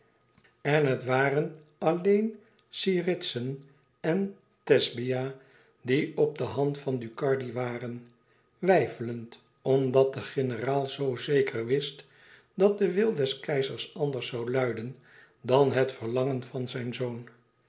en het waren alleen siridsen en thesbia die op de hand van ducardi waren weifelend omdat de generaal zoo zeker wist dat de wil des keizers anders zoû luiden dan het verlangen van zijn zoon